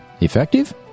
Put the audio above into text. Effective